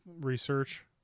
research